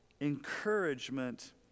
encouragement